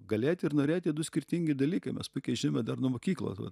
galėti ir norėti du skirtingi dalykai mes puikiai žinome dar nuo mokyklos va